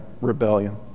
rebellion